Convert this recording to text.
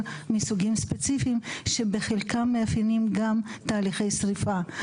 מסוגים ספציפיים שבחלקם מאפיינים גם תהליכי שריפה.